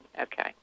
Okay